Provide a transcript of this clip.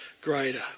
greater